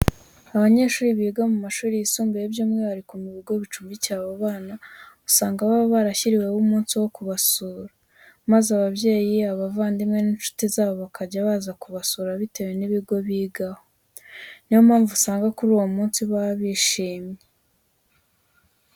Abanyeshuri biga mu mashuri yisumbuye by'umwihariko mu bigo bicumbikira abo bana, usanga baba barashyiriweho umunsi wo kubasura, maze ababyeyi abavandimwe n'inshuti zabo bakajya baza kubasura bitewe n'ibigo bigaho. Ni yo mpamvu usanga kuri uwo munsi baba bishimye.